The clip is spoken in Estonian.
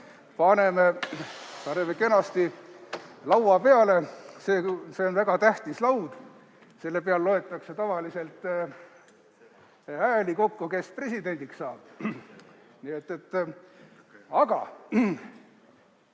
Paneme kenasti laua peale, see on väga tähtis laud. Selle peal loetakse tavaliselt hääli kokku, kes presidendiks saab. Aga